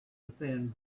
within